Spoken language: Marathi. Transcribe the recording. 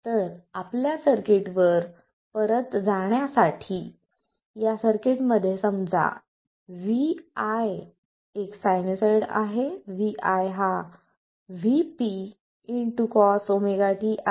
तर आपल्या सर्किटवर परत जाण्यासाठी तर या सर्किटमध्ये समजा vi एक सायनुसायड आहे vi हा Vp Cosωt आहे